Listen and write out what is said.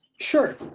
Sure